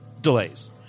Delays